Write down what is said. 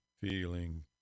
feeling